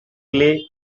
lay